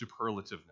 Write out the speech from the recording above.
superlativeness